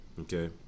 Okay